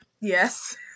yes